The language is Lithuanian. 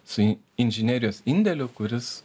su inžinerijos indėliu kuris